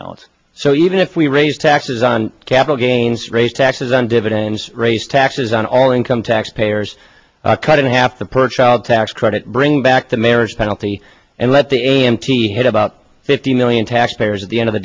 balance so even if we raise taxes on capital gains raise taxes on dividends raise taxes on all income taxpayers cut in half the per child tax credit bring back the marriage penalty and let the a m t had about fifteen million taxpayers at the end of